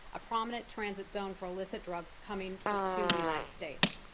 a prominent transit zone for illicit drugs coming to to the united states.